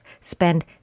spend